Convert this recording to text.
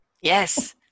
Yes